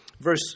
Verse